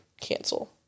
cancel